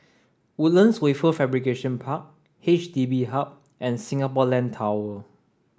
Woodlands Wafer Fabrication Park H D B Hub and Singapore Land Tower